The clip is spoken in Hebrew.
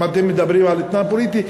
אם אתם מדברים על אתנן פוליטי,